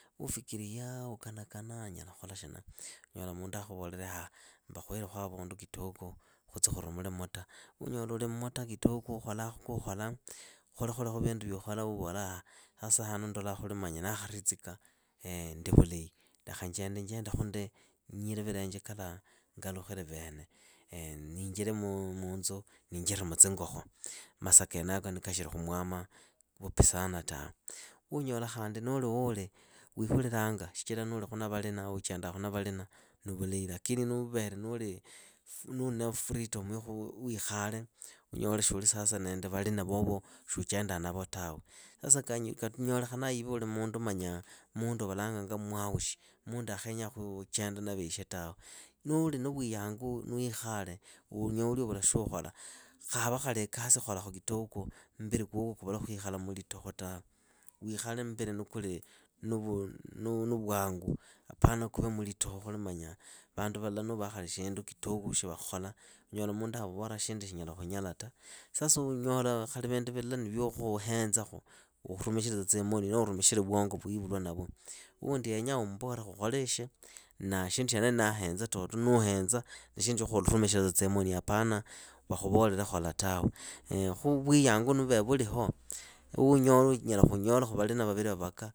Ufikiria ukanakana nyala khola shina. Unyola mundu akhuvolele ah, hamba khuhilekhu avundu kitoko khutsi khurumule muta. Unyola uli muta kitoko ukholakhu kuukhola ukholekholekhu vindu vyukhola uvola ah, sasa hanu ndola khuli ndaakharitsika ndi vulahi. Lekha njendenjendekhu ndi nyile vilenje kalaha ngalukhile vene. Ndiinjire munzu ndiinjire mutsingokho masa kenako nikashili khumwamwa vupi sana tawe. Unyola khandi nuuli wuuli wihulilanga shichira nuulikhu na valina uchendaakhu na valina ni vulahi lakini nuuvere nuli na freetom wiikhale, unyole sasa shuli nende valina vovo. shuuchendaa navo tawe. Sasa kanyolekhana iwe uli mundu manyaa mundu wa valanganga mwaushi, mundu akhenya khuchenda na veeshe tawe. Nuuli na vuyangu ni wiikhale unyoli uvula shyukhola. khava khali ikasi kholakhu kitoko, mbili kwokwo kuvule khwikhala mulitoho tawe. Wiikhale mbili nikuli nu vwangu apana kuve mulitoho khuli vandu vala nuuvaha khali shindu kitoko shya khola. unyola mundu akhuvolaa shinduishi nyala khola ta. Sasa unyola khali vindu vila ni vya khuhenzakhu, urumikhile tsa tsimoni noho urumikhile vwongo vwa wiivulwa navwo. Wundi yenyaa umbore khukholeishi. na shindu shienesho nuuhenza ni shindu shya khurumikhilatsa tsimoni apana vakhuvole khola tawe. khu vuyangu ni vuliho unyala khunyolakhu valina vavili vavaka